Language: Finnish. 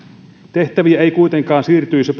tehtäviä ei kuitenkaan siirtyisi